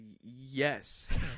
Yes